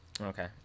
Okay